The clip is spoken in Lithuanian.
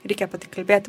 reikia apie tai kalbėti